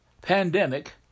pandemic